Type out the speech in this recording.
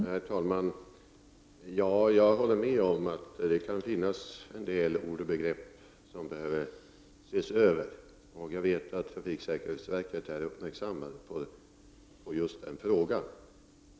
Herr talman! Jag håller med om att det kan finnas en del ord och begrepp som behöver ses över. Jag vet att man på trafiksäkerhetsverket är uppmärksammad på just denna fråga.